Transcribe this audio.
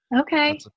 okay